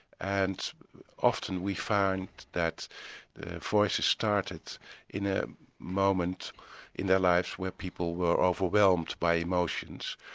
and often we find that voices started in a moment in their lives when people were overwhelmed by emotions.